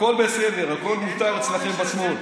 הכול בסדר, הכול מותר אצלכם בשמאל.